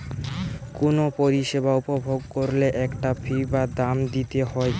কুনো পরিষেবা উপভোগ কোরলে একটা ফী বা দাম দিতে হই